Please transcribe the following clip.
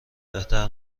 بهتر